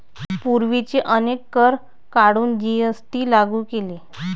पूर्वीचे अनेक कर काढून जी.एस.टी लागू केले